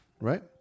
right